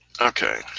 Okay